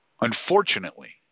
unfortunately